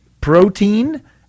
protein